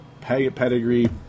pedigree